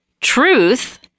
truth